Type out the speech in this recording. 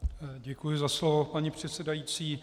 Děkuji za slovo, paní předsedající.